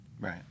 Right